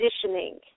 conditioning